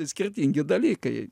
skirtingi dalykai